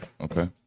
Okay